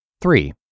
Three